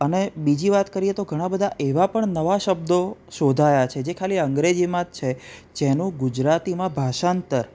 અને બીજી વાત કરીએ તો ઘણા બધા એવા પણ નવા શબ્દો શોધાયા છે જે ખાલી અંગ્રેજીમાં જ છે જેનું ગુજરાતીમાં ભાષાંતર